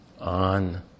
on